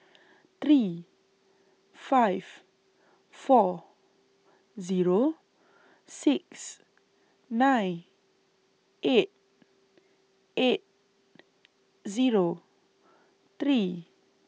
three five four Zero six nine eight eight Zero three